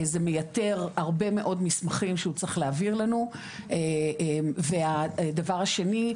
זה מייתר הרבה מאוד מסמכים שהוא צריך להעביר לנו והדבר השני,